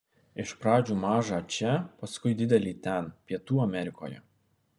iš pradžių mažą čia paskui didelį ten pietų amerikoje